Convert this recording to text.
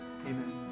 Amen